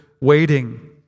waiting